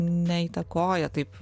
neįtakoja taip